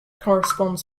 corresponds